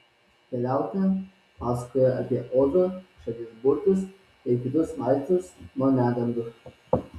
keliautoja pasakojo apie ozo šalies burtus ir kitus vaistus nuo negandų